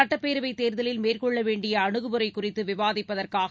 சட்டப்பேரவை தேர்தலில் மேற்கொள்ள வேண்டிய அனுகுமுறை குறித்து விவாதிப்பதற்காக